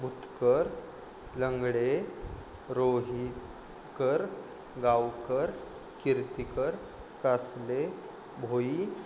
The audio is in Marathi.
भूतकर लंगडे रोहितकर गावकर कीर्तिकर कासले भोई